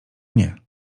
nie